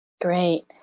Great